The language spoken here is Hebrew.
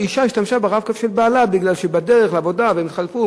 אשה השתמשה ב"רב-קו" של בעלה בגלל שבדרך לעבודה הם התחלפו,